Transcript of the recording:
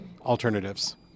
alternatives